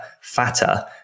fatter